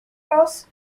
los